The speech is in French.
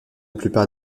plupart